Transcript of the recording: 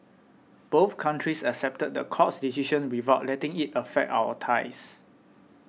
both countries accepted the court's decision without letting it affect our ties